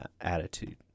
attitude